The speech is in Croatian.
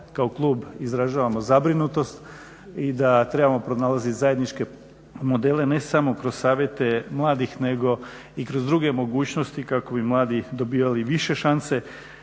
kao klub izražavamo zabrinutost i da trebamo pronalaziti zajedničke modele ne samo kroz Savjete mladih, nego i kroz druge mogućnosti kako bi mladi dobivali više šanse